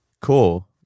cool